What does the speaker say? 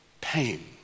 Pain